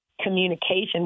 communication